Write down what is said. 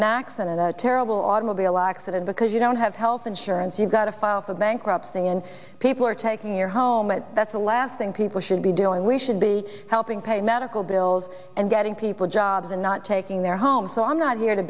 an accident a terrible automobile accident because you don't have health insurance you've got to file for bankruptcy and people are taking your home and that's the last thing people should be doing we should be helping pay medical bills and getting people jobs and not taking their home so i'm not here to